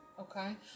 Okay